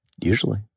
Usually